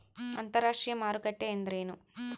ಅಂತರಾಷ್ಟ್ರೇಯ ಮಾರುಕಟ್ಟೆ ಎಂದರೇನು?